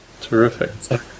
Terrific